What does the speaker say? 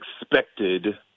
expected